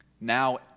Now